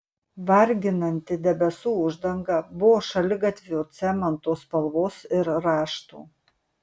varginanti debesų uždanga buvo šaligatvio cemento spalvos ir rašto